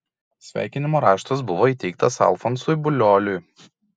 sveikinimo raštas buvo įteiktas alfonsui buliuoliui